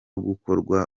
gukorwa